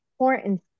important